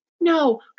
no